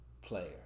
player